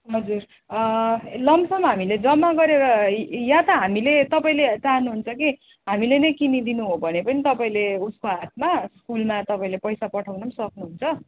हजुर lump sum हामीले जम्मा गरेर या त हामीले तपाईँले चाहनुहुन्छ कि हामीले नै किनिदिनु हो भने पनि तपाईँले उसको हातमा स्कुलमा तपाईँले पैसा पठाउन पनि सक्नुहुन्छ